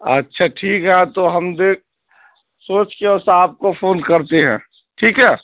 اچھا ٹھیک ہے اب تو ہم دیکھ سوچ کے اوسا آپ کو فون کرتے ہیں ٹھیک ہے